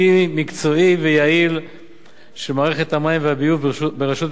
מקצועי ויעיל של מערכת המים והביוב ברשות המקומית.